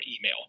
email